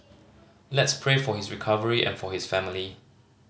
let's pray for his recovery and for his family